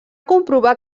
comprovar